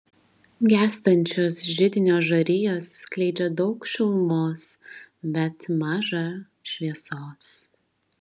gęstančios židinio žarijos skleidžia daug šilumos bet maža šviesos